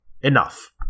Enough